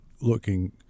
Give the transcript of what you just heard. looking